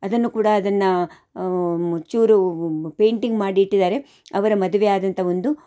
ಅದನ್ನು ಕೂಡ ಅದನ್ನು ಚೂರು ಪೇಂಟಿಂಗ್ ಮಾಡಿ ಇಟ್ಟಿದ್ದಾರೆ ಅವರ ಮದುವೆ ಆದಂಥ ಒಂದು